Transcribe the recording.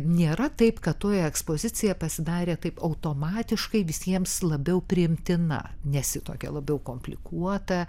nėra taip kad toji ekspozicija pasidarė taip automatiškai visiems labiau priimtina nes ji tokia labiau komplikuota